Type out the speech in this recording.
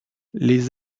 les